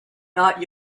not